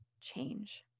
change